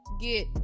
get